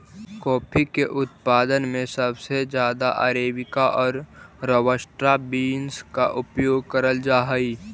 coffee के उत्पादन में सबसे ज्यादा अरेबिका और रॉबस्टा बींस का उपयोग करल जा हई